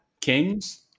Kings